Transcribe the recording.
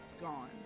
gone